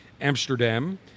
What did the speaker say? Amsterdam